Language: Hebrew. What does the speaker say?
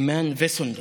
אימאן וסונדוס,